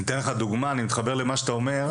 אני מתחבר למה שאתה אומר.